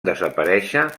desaparèixer